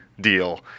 deal